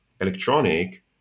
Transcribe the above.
electronic